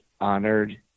honored